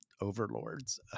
overlords